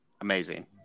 amazing